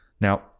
Now